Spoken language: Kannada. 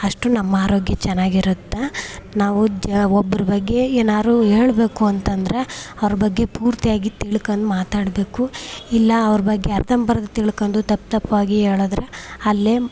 ಅಷ್ಟು ನಮ್ಮ ಆರೋಗ್ಯ ಚೆನ್ನಾಗಿರುತ್ತೆ ನಾವು ಒಬ್ರ ಬಗ್ಗೆ ಏನಾರು ಹೇಳಬೇಕು ಅಂತಂದರೆ ಅವ್ರ ಬಗ್ಗೆ ಪೂರ್ತಿಯಾಗಿ ತಿಳ್ಕಂಡ್ ಮಾತಾಡಬೇಕು ಇಲ್ಲ ಅವ್ರ ಬಗ್ಗೆ ಅರ್ಧಂಬರ್ಧ ತಿಳ್ಕಂಡು ತಪ್ಪು ತಪ್ಪಾಗಿ ಹೇಳದ್ರೆ ಅಲ್ಲೇ